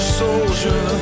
soldier